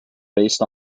based